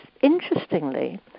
interestingly